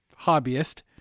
hobbyist